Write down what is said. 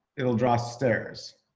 it'll draw stairs.